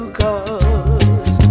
cause